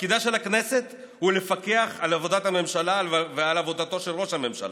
תפקידה של הכנסת הוא לפקח על עבודת הממשלה ועל עבודתו של ראש הממשלה,